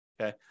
Okay